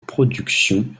production